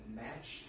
match